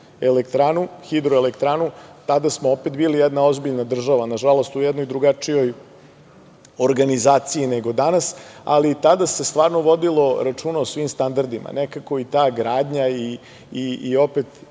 tu hidroelektranu tada smo opet bili jedna ozbiljna država, nažalost, u jednoj drugačijoj organizaciji nego danas, ali i tada se stvarno vodilo računa o svim standardima. Nekako i ta gradnja i opet